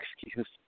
excuse